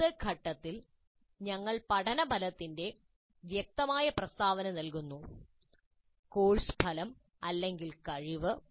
എന്ത് ഘട്ടത്തിൽ ഞങ്ങൾ പഠന ഫലത്തിന്റെ വ്യക്തമായ പ്രസ്താവന നൽകുന്നു കോഴ്സ് ഫലം അല്ലെങ്കിൽ കഴിവ്